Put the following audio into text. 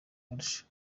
arusha